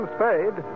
Spade